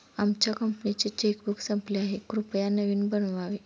आमच्या कंपनीचे चेकबुक संपले आहे, कृपया नवीन बनवावे